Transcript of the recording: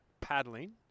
paddling